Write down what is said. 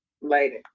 Later